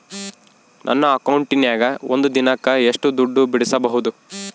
ನನ್ನ ಅಕೌಂಟಿನ್ಯಾಗ ಒಂದು ದಿನಕ್ಕ ಎಷ್ಟು ದುಡ್ಡು ಬಿಡಿಸಬಹುದು?